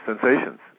sensations